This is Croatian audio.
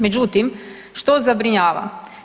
Međutim, što zabrinjava?